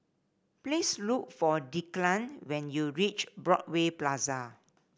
please look for Declan when you reach Broadway Plaza